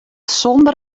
sonder